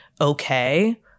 okay